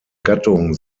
gattung